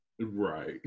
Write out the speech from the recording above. Right